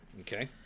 Okay